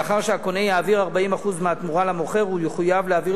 לאחר שהקונה יעביר 40% מהתמורה למוכר הוא יחויב להעביר